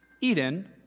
Eden